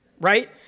right